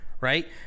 Right